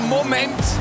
Moment